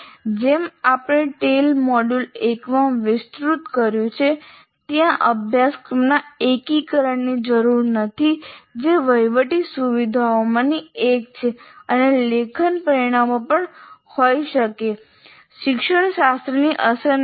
જેમ આપણે ટેલ મોડ્યુલ 1 માં વિસ્તૃત કર્યું છે ત્યાં અભ્યાસક્રમના એકીકરણની જરૂર નથી જે વહીવટી સુવિધાઓમાંની એક છે અને લેખન પરિણામો પર કોઈ શિક્ષણશાસ્ત્રની અસર નથી